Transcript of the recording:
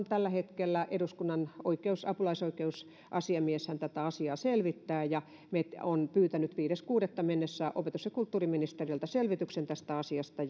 tällä hetkellä eduskunnan apulaisoikeusasiamies tätä asiaa selvittää ja on pyytänyt viides kuudetta mennessä opetus ja kulttuuriministeriöltä selvityksen tästä asiasta